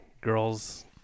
girls